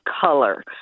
color